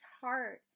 heart